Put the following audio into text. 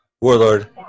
Warlord